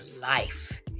life